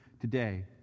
today